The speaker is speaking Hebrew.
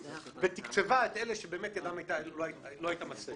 ותקצבה את אלה שבאמת ידם לא היתה משגת.